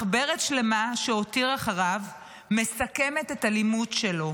מחברת שלמה שהותיר אחריו מסכמת את הלימוד שלו.